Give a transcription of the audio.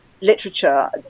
literature